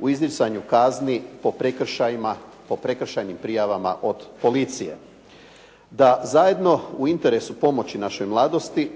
u izricanju kazni po prekršajnim prijavama policije. Da zajedno u interesu pomoći naše mladosti,